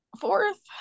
fourth